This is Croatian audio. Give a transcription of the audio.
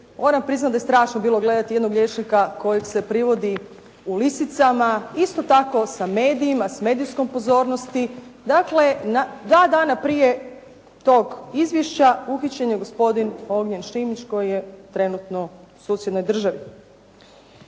Moram priznati da je strašno bilo gledati jednog liječnika kojeg se privodi u lisicama, isto tako sa medijima, s medijskom pozornosti. Dakle, 2 dana prije tog izvješća uhićen je gospodin Ognjen Šimić koji je trenutno u susjednoj državi.